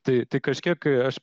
tai tai kažkiek aš